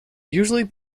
usually